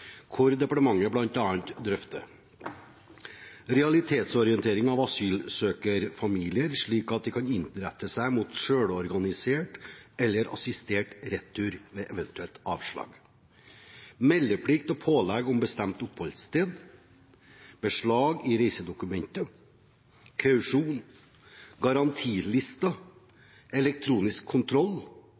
hvor departementet bl.a. drøfter realitetsorientering av asylsøkerfamilier, slik at de kan innrette seg mot selvorganisert eller assistert retur ved et eventuelt avslag. Meldeplikt og pålegg, som bestemt oppholdssted, beslag av reisedokumenter, kausjon, garantilister, elektronisk kontroll,